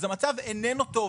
אז המצב איננו טוב.